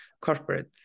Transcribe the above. corporate